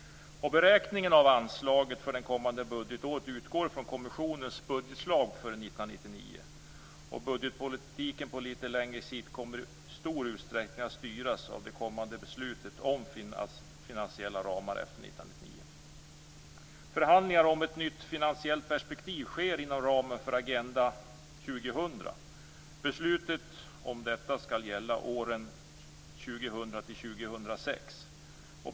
Beräkningen av anslaget för det kommande budgetåret utgår från kommissionens budgetförslag för 1999. Budgetpolitiken på lite längre sikt kommer i stor utsträckning att styras av det kommande beslutet om finansiella ramar efter 1999. Förhandlingar om ett nytt finansiellt perspektiv sker inom ramen för Agenda 2000. Beslutet om detta skall gälla åren 2000-2006.